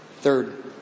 Third